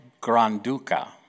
Granduca